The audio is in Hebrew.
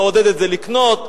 נעודד את זה לקנות,